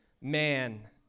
man